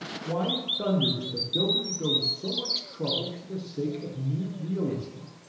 why in thunder did the builders go to so much trouble for the sake of mere realism?